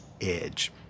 edge